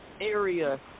area